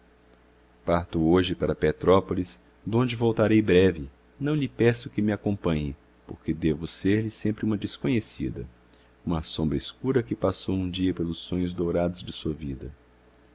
parto hoje para petrópolis donde voltarei breve não lhe peço que me acompanhe porque devo ser-lhe sempre uma desconhecida uma sombra escura que passou um dia pelos sonhos dourados de sua vida